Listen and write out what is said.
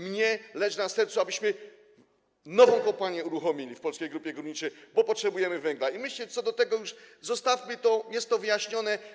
Mnie leży na sercu, abyśmy nową kopalnię uruchomili w Polskiej Grupie Górniczej, bo potrzebujemy węgla, i co do tego już zostawmy to, jest to wyjaśnione.